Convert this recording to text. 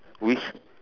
which